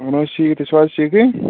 اَہَن حظ ٹھیٖک تُہۍ چھُو حظ ٹھیٖکھٕے